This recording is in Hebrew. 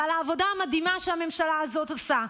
ועל העבודה המדהימה שהממשלה הזאת עושה,